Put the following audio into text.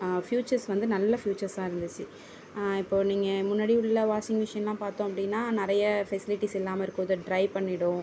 futures வந்து நல்ல ஃப்யூச்சர்ஸாக இருந்துச்சு இப்போது நீங்கள் முன்னாடி உள்ள வாஷிங் மிஷினுலாம் பார்த்தோம் அப்படினா நிறைய ஃபெசிலிட்டிஸ் இல்லாமல் இருக்கும் இது ட்ரை பண்ணிவிடும்